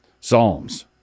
Psalms